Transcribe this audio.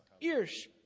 Ears